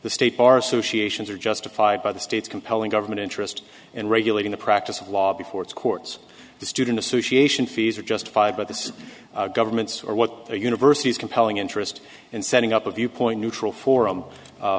the state bar associations are justified by the state's compelling government interest in regulating the practice of law before its courts the student association fees are justified but this is government's or what the university is compelling interest in setting up a viewpoint neutral forum